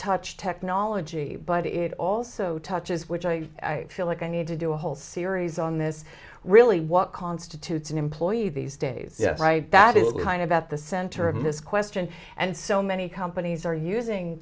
touch technology but it also touches which i feel like i need to do a whole series on this really what constitutes an employee these days yes right that is kind of at the center of this question and so many companies are using